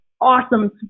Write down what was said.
awesome